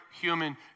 human